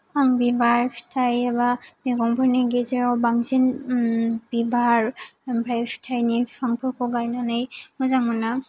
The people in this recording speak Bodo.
आं बिबार फिथाइ एबा मेगंफोरनि गेजेराव बांसिन बिबार ओमफ्राय फिथाइनि बिफांफोरखौ गायनानै मोजां मोनो